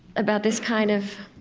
about this kind of,